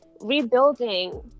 rebuilding